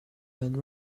than